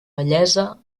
bellesa